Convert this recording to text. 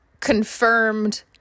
Confirmed